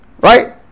Right